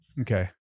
Okay